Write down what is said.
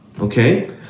okay